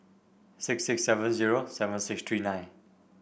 six six seven zero seven six three nine